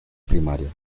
primaria